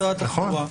משרד התחבורה,